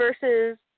versus